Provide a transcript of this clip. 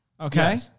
Okay